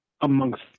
amongst